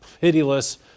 pitiless